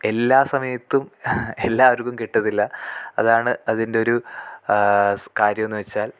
എല്ലാ സമയത്തും എല്ലാരുക്കും കിട്ടത്തില്ല അതാണ് അതിന്റൊരു കാര്യമെന്നു വെച്ചാൽ